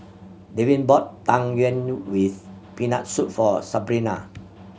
Davin bought Tang Yuen with Peanut Soup for Sabrina